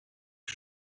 que